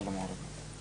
שלום.